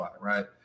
right